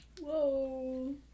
Whoa